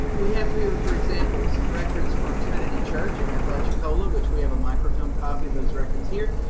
we have here for example some records from trinity church in apalachicola, which we have a microfilm copy of those records here.